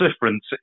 difference